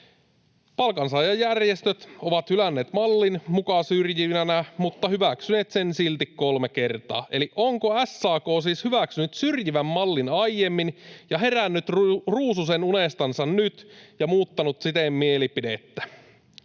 Palkansaajajärjestöt ovat hylänneet mallin muka syrjivänä mutta hyväksyneet sen silti kolme kertaa. Eli onko SAK siis hyväksynyt syrjivän mallin aiemmin ja herännyt ruususenunestaan nyt ja muuttanut siten mielipidettään?